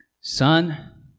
Son